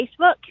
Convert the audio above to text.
Facebook